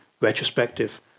retrospective